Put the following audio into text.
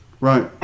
Right